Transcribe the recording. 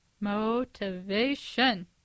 Motivation